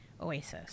oasis